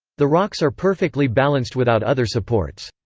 the rocks are perfectly balanced without other supports.